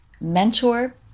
mentor